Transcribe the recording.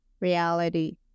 reality